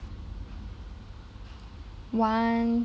one